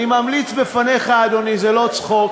ואני ממליץ בפניך, אדוני, וזה לא צחוק,